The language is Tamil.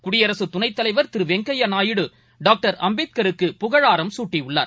குடியரசுதுணைத்தலைவர் திருவெங்கையாநாயுடு டாக்டர் அம்பேத்கருக்கு புகழாரம் சூட்டியுள்ளார்